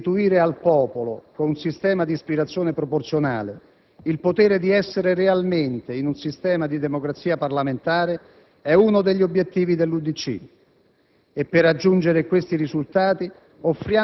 e con scarsa democrazia interna. Restituire al popolo, con un sistema di ispirazione proporzionale, il potere di partecipare realmente ad un sistema di democrazia parlamentare, è uno degli obiettivi dell'UDC